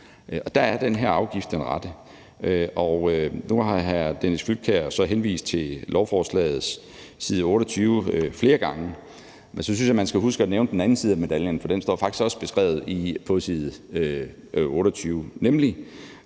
der er den her afgift den rette. Nu har hr. Dennis Flydtkjær henvist til lovforslagets side 28 flere gange, og så synes jeg, man skal huske at nævne den anden side af medaljen, for der står faktisk også beskrevet på side 28,